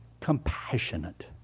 compassionate